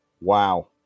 Wow